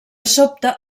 sobte